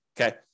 okay